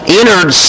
entered